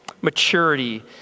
Maturity